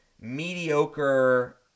mediocre